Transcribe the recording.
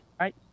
right